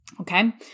okay